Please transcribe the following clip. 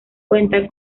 cuenta